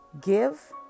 give